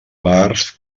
parts